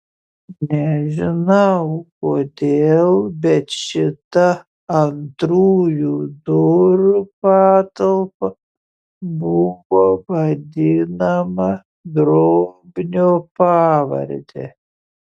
nežinau kodėl bet šita antrųjų durų patalpa buvo vadinama drobnio pavarde